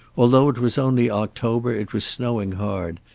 although it was only october, it was snowing hard,